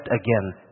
again